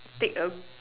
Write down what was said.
take A